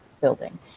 building